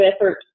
effort